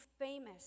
famous